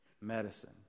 medicine